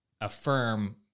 affirm